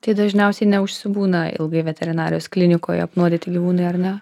tai dažniausiai neužsibūna ilgai veterinarijos klinikoje apnuodyti gyvūnai ar ne